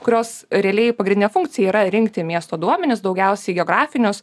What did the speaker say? kurios realiai pagrindinė funkcija yra rinkti miesto duomenis daugiausiai geografinius